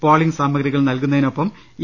polling സാമഗ്രികൾ നൽകുന്ന തിനൊപ്പം ഇ